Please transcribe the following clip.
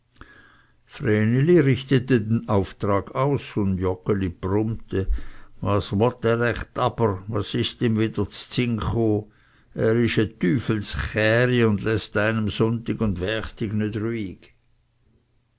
richtete den auftrag aus und joggeli brummte was wott er ächt aber was ist ihm wieder zsinn cho er ist e tüfels chäri und läßt einem sunndig und werchtig